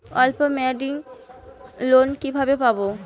অল্প মেয়াদি লোন কিভাবে পাব?